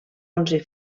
onze